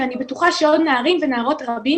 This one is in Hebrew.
ואני בטוחה שעוד נערים ונערות רבים,